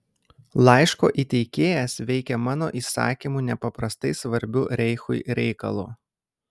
laiško įteikėjas veikia mano įsakymu nepaprastai svarbiu reichui reikalu